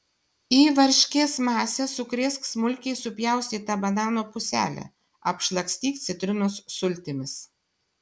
į varškės masę sukrėsk smulkiai supjaustytą banano puselę apšlakstyk citrinos sultimis